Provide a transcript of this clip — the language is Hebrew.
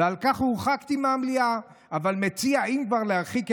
אבל לכל האחרים לא רק שזה כדאי,